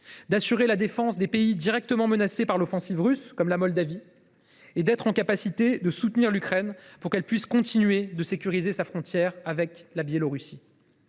d’assurer la défense des pays directement menacés par l’offensive russe, comme la Moldavie, et de soutenir l’Ukraine pour qu’elle puisse continuer de sécuriser sa frontière avec la Biélorussie.